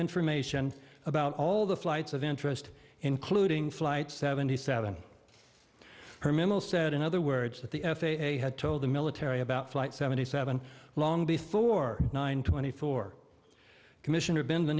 information about all the flights of interest including flight seventy seven her memo said in other words that the f a a had told the military about flight seventy seven long before nine twenty four commissioner been in the